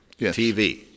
TV